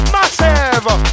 Massive